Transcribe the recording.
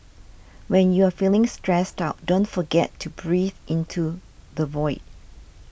when you are feeling stressed out don't forget to breathe into the void